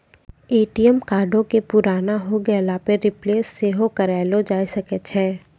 ATM कार्डो के पुराना होय गेला पे रिप्लेस सेहो करैलो जाय सकै छै